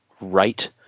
right